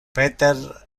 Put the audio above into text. peter